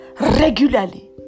regularly